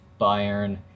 Bayern